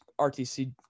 RTC